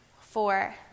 four